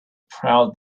proud